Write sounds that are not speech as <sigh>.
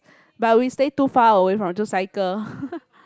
but we stay too far away from to cycle <laughs>